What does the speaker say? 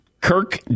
Kirk